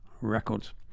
Records